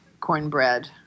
cornbread